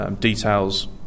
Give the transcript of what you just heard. details